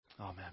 Amen